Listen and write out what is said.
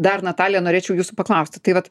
dar natalija norėčiau jūsų paklausti tai vat